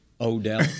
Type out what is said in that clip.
Odell